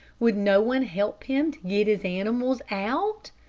would no one help him to get his animals out?